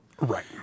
Right